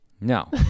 No